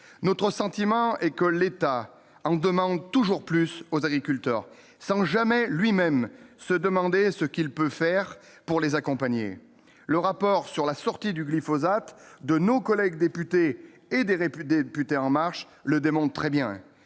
notre sentiment est que l'État en demande toujours plus aux agriculteurs sans jamais lui-même se demander ce qu'il peut faire pour les accompagner, le rapport sur la sortie du glyphosate de nos collègues députés et des répliques des députés en marche le démontre très bien,